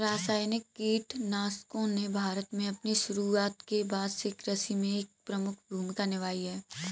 रासायनिक कीटनाशकों ने भारत में अपनी शुरूआत के बाद से कृषि में एक प्रमुख भूमिका निभाई है